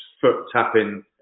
foot-tapping